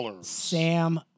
Sam